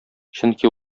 чөнки